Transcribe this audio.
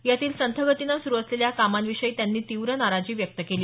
यातील संथ गतीनं सुरू असलेल्या कामांविषयी त्यांनी तीव्र नाराजी व्यक्त केली